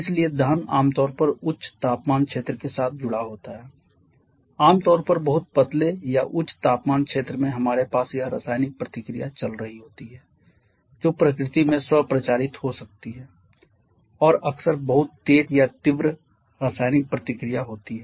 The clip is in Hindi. इसलिए दहन आमतौर पर उच्च तापमान क्षेत्र के साथ जुड़ा होता है आम तौर पर बहुत पतले या उच्च तापमान क्षेत्र में हमारे पास यह रासायनिक प्रतिक्रिया चल रही होती है जो प्रकृति में स्व प्रचारित हो सकती है और अक्सर बहुत तेज या तीव्र रासायनिक प्रतिक्रिया होती है